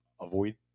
avoid